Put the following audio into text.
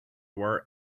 were